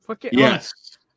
Yes